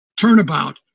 turnabout